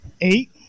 Eight